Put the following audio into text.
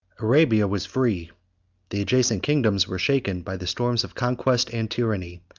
arabia was free the adjacent kingdoms were shaken by the storms of conquest and tyranny,